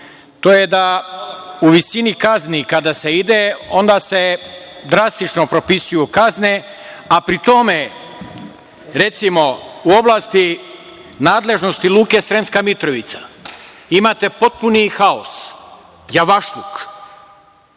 to je da u visini kazni kada se ide, onda se drastično propisuju kazne, a pri tome, recimo, u oblasti nadležnosti Luke Sremska Mitrovica, imate potpuni haos, javašluk,